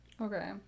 Okay